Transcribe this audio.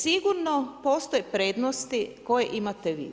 Sigurno postoje prednosti koje imate vi.